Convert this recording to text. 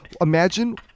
Imagine